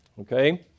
Okay